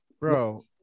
bro